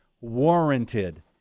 warranted